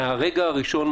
מהרגע הראשון,